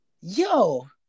yo